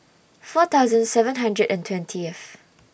four thousand seven hundred and twentieth